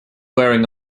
wearing